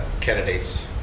candidates